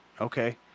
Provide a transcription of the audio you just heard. okay